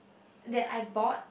that I bought